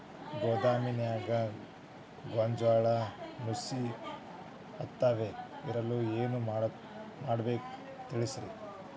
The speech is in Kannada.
ಗೋದಾಮಿನ್ಯಾಗ ಗೋಂಜಾಳ ನುಸಿ ಹತ್ತದೇ ಇರಲು ಏನು ಮಾಡಬೇಕು ತಿಳಸ್ರಿ